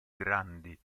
grandi